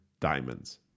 diamonds